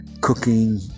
cooking